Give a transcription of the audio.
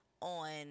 on